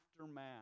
aftermath